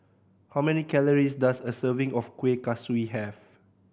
how many calories does a serving of Kuih Kaswi have